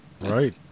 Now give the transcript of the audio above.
Right